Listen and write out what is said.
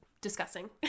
discussing